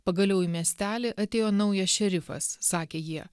pagaliau į miestelį atėjo naujas šerifas sakė jie